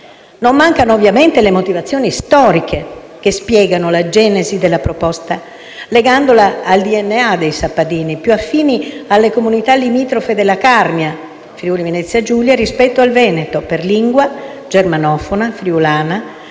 Non mancano, ovviamente, le motivazioni storiche che spiegano la genesi della proposta legandola al DNA dei sappadini, più affini alle comunità limitrofe della Carnia (Friuli-Venezia Giulia) rispetto al Veneto, per lingua (germanofona e friulana